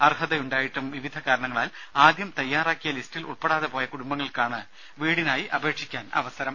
അർഹത ഉണ്ടായിട്ടും വിവിധ കാരണങ്ങളാൽ ആദ്യം തയാറാക്കിയ ലിസ്റ്റിൽ ഉൾപ്പെടാതെ പോയ കുടുംബങ്ങൾക്കാണ് വീടിനായി അപേക്ഷിക്കാൻ അവസരം